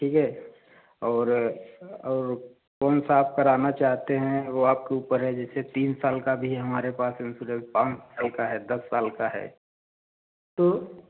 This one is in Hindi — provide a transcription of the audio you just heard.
ठीक है और और कौनसा आप कराना चाहते हैं वह आपके ऊपर है जैसे तीन साल का भी है हमारे पास इन्सोरेंस पाँच साल का है दस साल का है तो